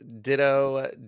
Ditto